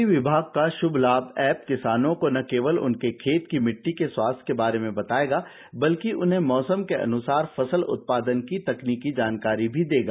कृषि विभाग का षुभ लाभ एप किसानों को न केवल उनके खेत की मिट्टी के स्वास्थ्य के बारे में बताएगा बल्कि उन्हें मौसम के अनुसार फसल उत्पादन की तकनीकी जानकारी भी देगा